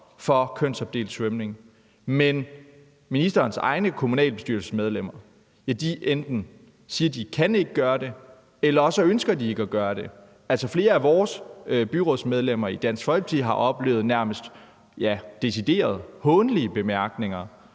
for kønsopdelt svømning, men at ministerens egne kommunalbestyrelsesmedlemmer siger, at de enten ikke kan gøre det eller ikke ønsker at gøre det. Flere af vores byrådsmedlemmer i Dansk Folkeparti har oplevet decideret hånlige bemærkninger